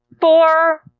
four